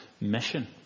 mission